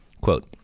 Quote